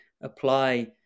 apply